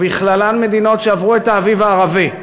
ובכללן מדינות שעברו את האביב הערבי,